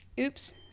Oops